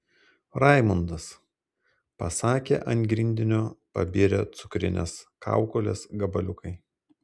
raimundas pasakė ant grindinio pabirę cukrines kaukolės gabaliukai